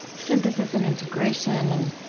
synthesis and integration, and,